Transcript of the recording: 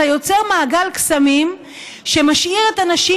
אתה יוצר מעגל קסמים שמשאיר את הנשים